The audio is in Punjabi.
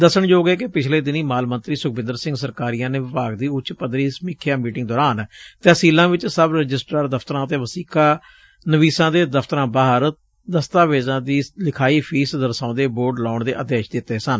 ਦਸੱਣਯੋਗ ਏ ਕਿ ਪਿਛਲੇ ਦਿਨੀ ਮਾਲ ਮੰਤਰੀ ਸੁਖਬਿੰਦਰ ਸਿੰਘ ਸਰਕਾਰੀਆ ਨੇ ਵਿਭਾਗ ਦੀ ਊੱਚ ਪੱਧਰੀ ਸਮੀਖਿਆ ਮੀਟਿੰਗ ਦੌਰਾਨ ਤਹਿਸੀਲਾਂ ਵਿਚ ਸਬ ਰਜਿਸਟਰਾਰ ਦਫ਼ਤਰਾਂ ਅਤੇ ਵਸੀਕਾ ਨਵੀਸਾਂ ਦੇ ਦਫ਼ਤਰਾਂ ਬਾਹਰ ਦਰਤਾਵੇਜ਼ਾਂ ਦੀ ਲਿਖਾਈ ਫੀਸ ਦਰਸਾਉਂਦੇ ਬੋਰਡ ਲਾਉਣ ਦੇ ਆਦੇਸ਼ ਦਿੱਤੇ ਸਨ